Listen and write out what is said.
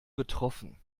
betroffen